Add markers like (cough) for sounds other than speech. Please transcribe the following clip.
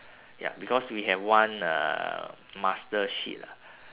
ya because we have one uh master sheet lah (breath)